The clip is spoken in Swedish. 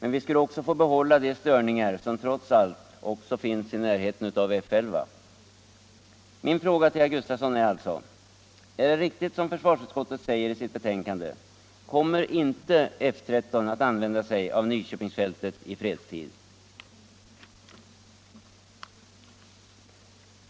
dels skulle vi få behålla de störningar som trots allt också finns i närheten av F 11. Min fråga till herr Gustafsson är därför: Är det riktigt som försvarsutskottet säger i sitt betänkande? Kommer inte F13 att använda sig av Nyköpingsfältet i fredstid?